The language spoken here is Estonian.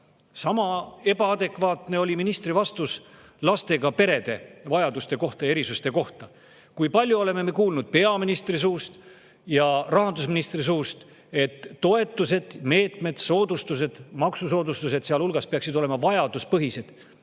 Sama ebaadekvaatne oli ministri vastus lastega perede vajaduste ja erisuste kohta. Kui palju me oleme kuulnud peaministri ja rahandusministri suust, et toetused, meetmed, soodustused, maksusoodustused sealhulgas, peaksid olema vajaduspõhised.